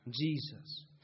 Jesus